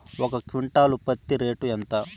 ఒక క్వింటాలు పత్తి రేటు ఎంత?